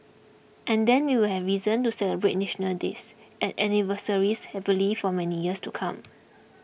and then we'll have reason to celebrate National Days and anniversaries happily for many years to come